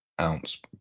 ounce